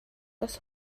das